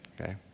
Okay